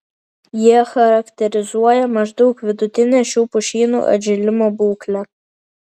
jie charakterizuoja maždaug vidutinę šių pušynų atžėlimo būklę